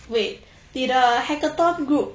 wait 你的 hackathon group